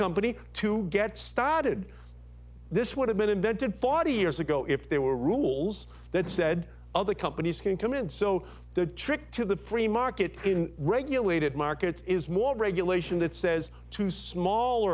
company to get started this would have been invented forty years ago if there were rules that said other companies can come in so the trick to the free market in regulated markets is more regulation that says to